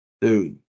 Dude